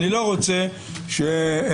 אני לא רוצה שמורה